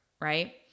Right